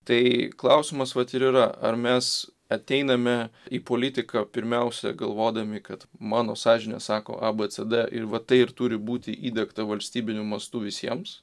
tai klausimas vat yra ar mes ateiname į politiką pirmiausia galvodami kad mano sąžinė sako a b c d ir va tai ir turi būti įdiegta valstybiniu mastu visiems